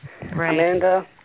Amanda